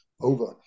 Over